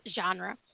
genre